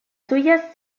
suyas